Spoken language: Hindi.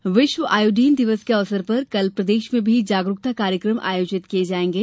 आयोडीन दिवस विश्व आयोडीन दिवस के अवसर पर कल प्रदेश में भी जागरुकता कार्यक्रम आयोजित किये जायेंगे